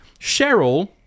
Cheryl